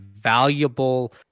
valuable